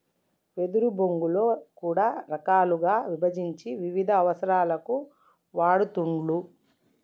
వెదురు బొంగులో కూడా రకాలుగా విభజించి వివిధ అవసరాలకు వాడుతూండ్లు